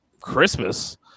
Christmas